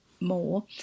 more